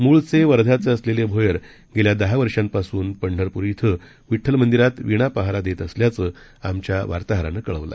मूळचे वध्यांचे असलेले भोयर गेल्या दहा वर्षांपासून पंढरपूर इथं विड्ठल मंदिरात वीणा पहारा देत असल्याचं आमच्या वार्ताहरानं कळवलं